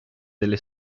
delle